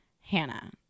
Hannah